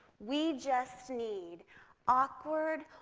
we just need awkward,